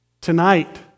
Tonight